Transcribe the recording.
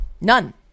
None